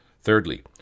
Thirdly